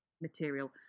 material